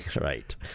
Right